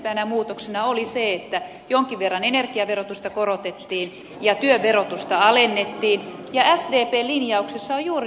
viimeisimpänä muutoksena oli se että jonkin verran energiaverotusta korotettiin ja työn verotusta alennettiin ja sdpn linjauksessa on juuri näitä samoja esityksiä